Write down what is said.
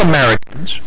Americans